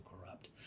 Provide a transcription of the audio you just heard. corrupt